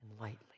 lightly